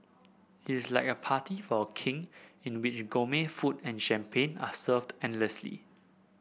it is like a party for a King in which gourmet food and champagne are served endlessly